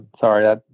sorry